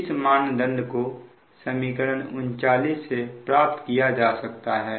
इस मानदंड को समीकरण 39 से प्राप्त किया जा सकता है